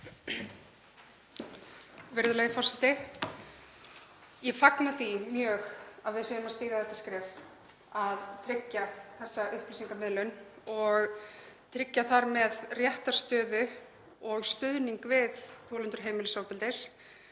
Virðulegi forseti. Ég fagna því mjög að við séum að stíga það skref að tryggja þessa upplýsingamiðlun og tryggja þar með réttarstöðu og stuðning við þolendur heimilisofbeldis,